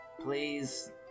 Please